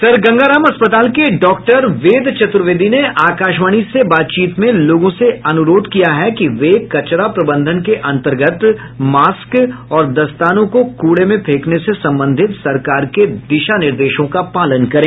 sir Ganga Ram अस्पताल के doctor Ved Chaturvedi ने आकाशवाणी से बातचीत में लोगों से अनुरोध किया है कि वे कचरा प्रबंधन के अंतर्गत मास्क और दस्तानों को कूड़े में फैंकने से संबंधित सरकार के दिशा निर्देशों का पालन करें